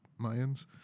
Mayans